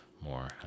more